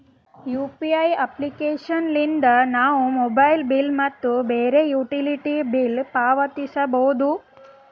UPI application ಲಿದ್ದ ನಾವು mobile bill ಮತ್ತು ಬ್ಯಾರೆ ಯುಟಿಲಿಟಿ ಬಿಲ್ ಪಾವತಿಸಬೋದು